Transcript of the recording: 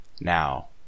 Now